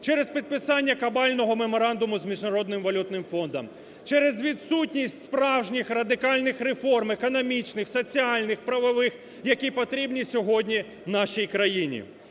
через підписання кабального меморандуму з Міжнародним валютним фондом, через відсутність справжніх радикальних реформ, економічних, соціальних, правових, які потрібні сьогодні нашій країні.